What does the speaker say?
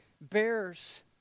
bears